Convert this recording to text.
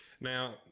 Now